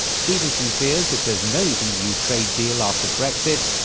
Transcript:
stevenson fears if there's no eu trade deal after brexit,